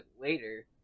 later